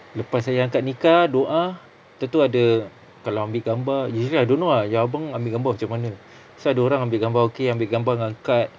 lepas saya akad nikah doa tentu ada kalau amik gambar usually I don't know ah your abang ambil gambar macam mana pasal ada orang ambil gambar okay ambil gambar dengan card